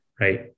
right